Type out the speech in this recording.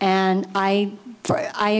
and i i